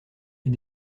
est